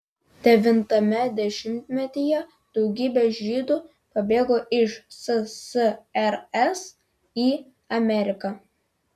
devintame dešimtmetyje daugybė žydų pabėgo iš ssrs į ameriką